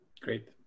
great